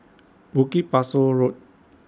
Bukit Pasoh Road